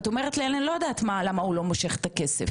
ואת אומרת לי אני לא יודעת למה הוא לא מושך את הכסף.